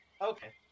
Okay